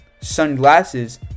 sunglasses